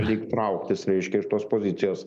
lyg trauktis reiškia ir tos pozicijos